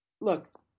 Look